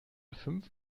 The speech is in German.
fünf